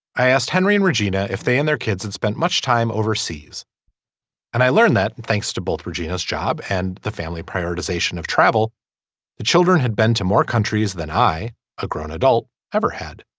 i asked henry in regina if they and their kids had spent much time overseas and i learned that thanks to both your genius job and the family prioritization of travel the children had been to more countries than high ah grown adults ever had.